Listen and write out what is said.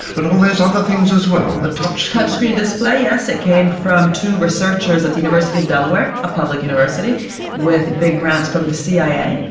but all those other things as well? the touchscreen? the touchscreen display, yes, it came from two researchers at the university of delaware, a public university with big grants from the cia,